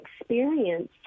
experience